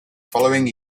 following